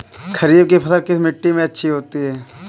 खरीफ की फसल किस मिट्टी में अच्छी होती है?